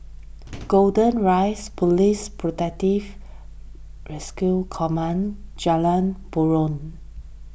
Golden Rise Police Protective Rescue Command Jalan Purong